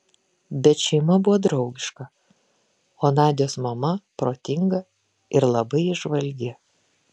bet šeima buvo draugiška o nadios mama protinga ir labai įžvalgi